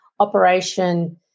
operation